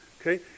okay